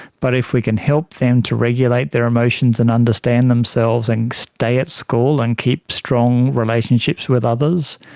but if we can help them to regulate their emotions and understand themselves and stay at school and keep strong relationships with others,